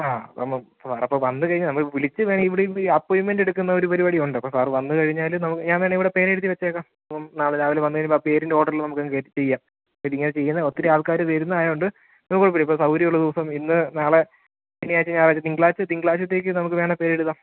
ആ അവടിപ്പം സാറിപ്പോൾ വന്ന് കഴിഞ്ഞാൽ നമ്മൾ വിളിച്ച് വേണേൽ ഇവിടെ അപ്പോയിൻമെൻറ്റെടുക്കുന്ന ഒരു പരിപാടിയുണ്ട് അപ്പോൾ സാറ് വന്ന് കഴിഞ്ഞാൽ ഞാൻ വേണേൽ ഇവിടെ പേരെഴുതി വെച്ചേക്കാം അപ്പം നാളെ രാവിലെ വന്ന് കഴിയുമ്പോൾ ആ പേരിൻ്റെ ഓഡറിൽ നമുക്കങ് കയറ്റി ചെയ്യാം ഇങ്ങനെ ചെയ്യുന്ന ഒത്തിരി ആൾക്കാർ വരുന്നതായോണ്ട് അതുകുഴപ്പമില്ല ഇപ്പം സൗകര്യമുള്ള ദിവസം ഇന്ന് നാളെ ശനിയാഴ്ച്ച ഞായറാഴ്ച്ച തിങ്കളാഴ്ച്ച തിങ്കളാഴ്ച്ചത്തേക്ക് നമുക്ക് വേണേൽ പേരെഴുതാം